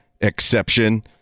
exception